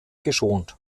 geschont